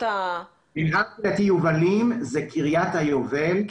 מינהל קהילתי יובלים זאת קריית היובל,